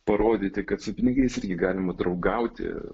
parodyti kad su pinigais irgi galima draugauti